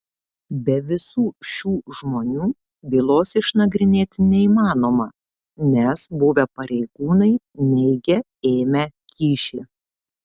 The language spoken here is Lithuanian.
be visų šių žmonių bylos išnagrinėti neįmanoma nes buvę pareigūnai neigia ėmę kyšį